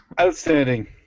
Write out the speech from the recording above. Outstanding